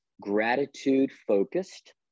gratitude-focused